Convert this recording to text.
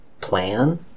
plan